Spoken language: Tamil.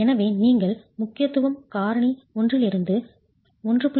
எனவே நீங்கள் முக்கியத்துவம் காரணி 1 இலிருந்து 1